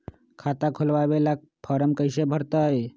खाता खोलबाबे ला फरम कैसे भरतई?